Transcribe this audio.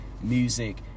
music